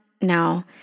No